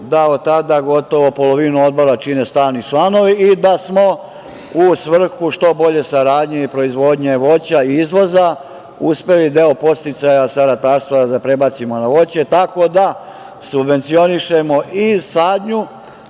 da od tada gotovo polovinu Odbora čine stalni članovi i da smo u svrhu što bolje saradnje i proizvodnje voća i izvoza uspeli deo podsticaja sa ratarstva da prebacimo na voće, tako da subvencionišemo i sadnju